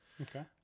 okay